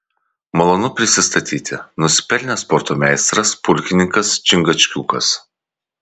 malonu prisistatyti nusipelnęs sporto meistras pulkininkas čingačgukas